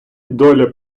доля